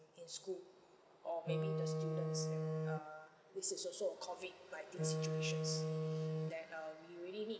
in school or maybe the students and uh this is also a COVID nineteen situations that uh we really need